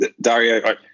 Dario